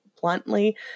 bluntly